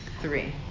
three